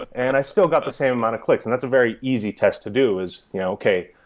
and i still got the same amount of clicks. and that's a very easy test to do, is, yeah okay.